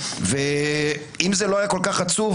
אם זה לא היה כל כך עצוב,